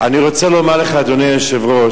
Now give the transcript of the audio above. אני רוצה לומר לך, אדוני היושב-ראש,